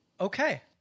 Okay